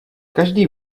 každý